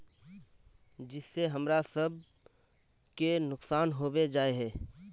जिस से हमरा सब के नुकसान होबे जाय है?